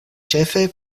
ĉefe